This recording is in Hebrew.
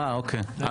אוקיי.